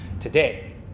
today